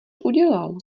udělal